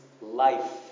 life